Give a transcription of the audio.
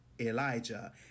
Elijah